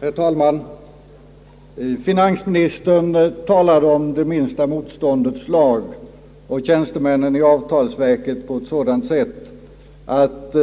Herr talman! Finansministern talade om minsta motståndets lag och tjänstemännen i avtalsverket på ett sådant sätt att